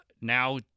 now